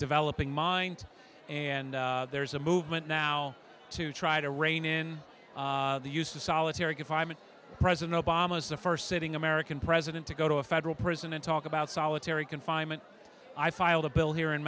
developing mind and there's a movement now to try to rein in the use of solitary confinement president obama's the first sitting american president to go to a federal prison and talk about solitary confinement i filed a bill here in